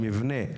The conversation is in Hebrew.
המבנה,